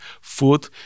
food